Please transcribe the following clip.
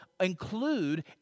include